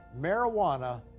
Marijuana